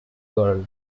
girl